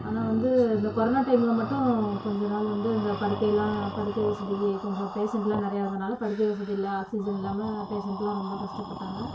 ஆனால் வந்து இந்த கொரோனா டைமில் மட்டும் கொஞ்சம் நாள் வந்து இந்த படுக்கையெல்லாம் படுக்கை வசதி கொஞ்சம் பேஷண்ட்டுலாம் நிறையா இருந்ததுனால படுக்கை வசதி இல்லை ஆக்சிஜென் இல்லாமல் பேஷண்ட்டுலாம் ரொம்ப கஷ்டப்பட்டாங்க